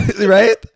Right